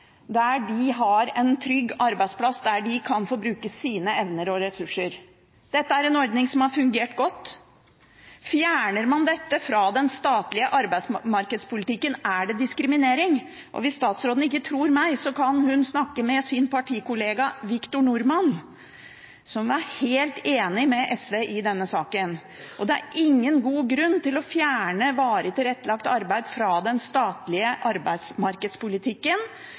der de kan få bruke sine evner og ressurser. Dette er en ordning som har fungert godt. Fjerner man dette fra den statlige arbeidsmarkedspolitikken, er det diskriminering. Hvis statsråden ikke tror meg, kan hun snakke med sin partikollega, Victor Norman, som er helt enig med SV i denne saken. Det er ingen god grunn til å fjerne varig, tilrettelagt arbeid fra den statlige arbeidsmarkedspolitikken.